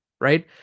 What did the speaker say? right